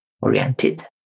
oriented